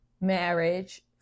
marriage